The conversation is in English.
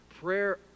Prayer